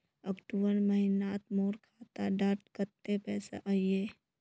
अक्टूबर महीनात मोर खाता डात कत्ते पैसा अहिये?